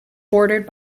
bordered